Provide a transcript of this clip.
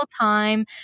time